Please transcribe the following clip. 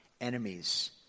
enemies